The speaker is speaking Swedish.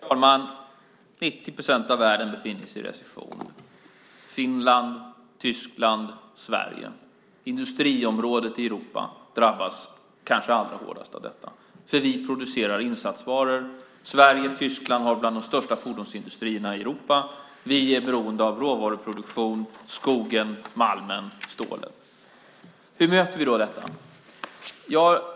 Herr talman! 90 procent av världen befinner sig i recession. Finland, Tyskland och Sverige, Europas industriområde, drabbas kanske allra hårdast av detta eftersom vi producerar insatsvaror. Sverige och Tyskland har bland de största fordonsindustrierna i Europa. Vi är beroende av råvaruproduktion, skogen, malmen och stålet. Hur möter vi detta?